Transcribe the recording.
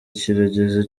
kirageze